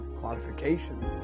qualification